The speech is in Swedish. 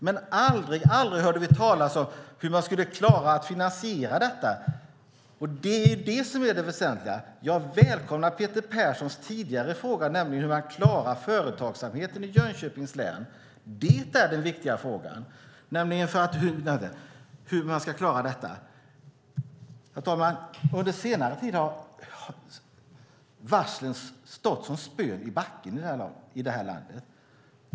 Men aldrig hörde vi talas om hur man skulle klara att finansiera detta. Det är det som är det väsentliga. Jag välkomnar Peter Perssons tidigare fråga, nämligen hur man klarar företagsamheten i Jönköpings län. Det är den viktiga frågan. Herr talman! Under senare tid har varslen stått som spön i backen i det här landet.